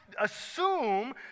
assume